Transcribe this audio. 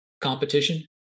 Competition